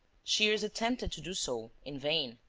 shears attempted to do so in vain.